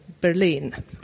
Berlin